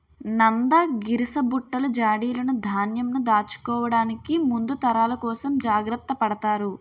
నంద, గరిసబుట్టలు, జాడీలును ధాన్యంను దాచుకోవడానికి ముందు తరాల కోసం జాగ్రత్త పడతారు